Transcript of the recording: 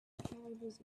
caribous